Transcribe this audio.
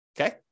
Okay